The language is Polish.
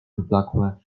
wyblakłe